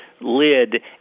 lid